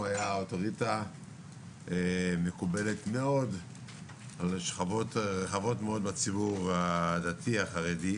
הוא היה אוטוריטה מקובלת מאוד על שכבות רחבות מאוד בציבור הדתי החרדי,